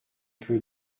peu